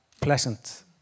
pleasant